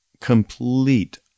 complete